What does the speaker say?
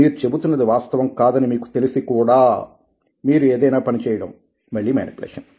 మీరు చెబుతున్నది వాస్తవం కాదని మీకు తెలిసి కూడా మీరు ఏదైనా పని చేయడం మళ్లీ మేనిప్యులేషన్